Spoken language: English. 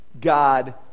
God